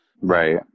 Right